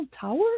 tower